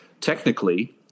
technically